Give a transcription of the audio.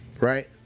right